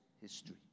history